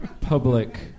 public